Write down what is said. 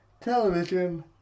television